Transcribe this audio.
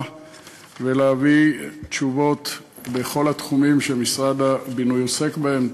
ולהביא תשובות בכל התחומים שמשרד הבינוי עוסק בהם.